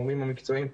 המורים המקצועיים,